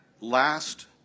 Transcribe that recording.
last